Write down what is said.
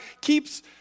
keeps